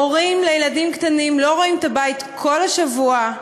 הורים לילדים קטנים לא רואים את הבית כל השבוע,